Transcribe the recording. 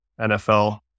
NFL